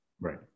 right